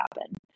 happen